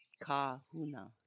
kahuna